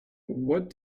what